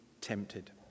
tempted